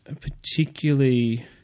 particularly –